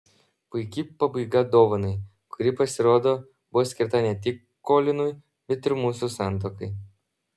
puiki pabaiga dovanai kuri pasirodo buvo skirta ne tik kolinui bet ir mūsų santuokai